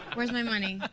where's my money?